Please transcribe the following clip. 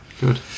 Good